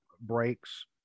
breaks